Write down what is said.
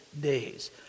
days